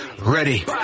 Ready